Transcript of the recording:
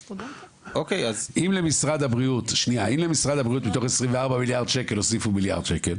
אם למשרד הבריאות מתוך 24 מיליארד שקל הוסיפו מיליארד שקל